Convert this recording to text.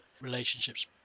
relationships